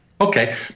Okay